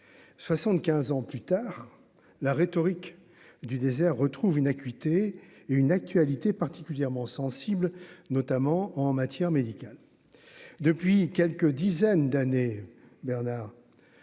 75 ans plus tard, la rhétorique du désert retrouvent une acuité et une actualité particulièrement sensible, notamment en matière médicale depuis quelques dizaines d'années, Bernard